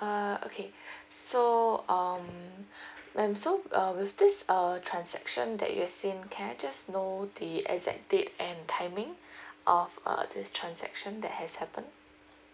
uh okay so um madam so uh with this uh transaction that you've seen can I just know the exact date and timing of uh this transaction that has happened